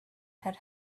had